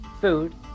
food